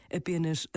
apenas